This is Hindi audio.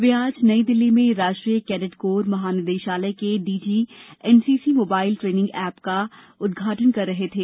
वे आज नई दिल्ली में राष्ट्रीय कैडेट कोर महानिदेशालय के डीजीएनसीसी मोबाइल ट्रेनिंग ऐप का उद्घाटन कर रहे थे